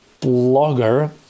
blogger